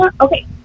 Okay